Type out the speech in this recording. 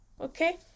Okay